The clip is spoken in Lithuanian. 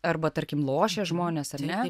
arba tarkim lošia žmonės ar ne